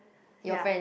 ya